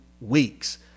weeks